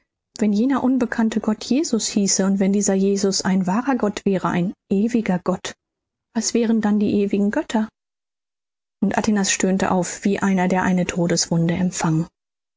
wenn jener unbekannte gott jesus hieße und wenn dieser jesus ein wahrer gott wäre ein ewiger gott was wären dann die ewigen götter und atinas stöhnte auf wie einer der eine todeswunde